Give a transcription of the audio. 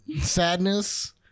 sadness